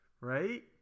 Right